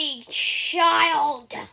child